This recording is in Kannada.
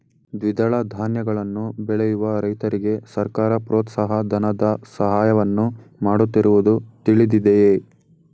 ದ್ವಿದಳ ಧಾನ್ಯಗಳನ್ನು ಬೆಳೆಯುವ ರೈತರಿಗೆ ಸರ್ಕಾರ ಪ್ರೋತ್ಸಾಹ ಧನದ ಸಹಾಯವನ್ನು ಮಾಡುತ್ತಿರುವುದು ತಿಳಿದಿದೆಯೇ?